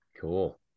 Cool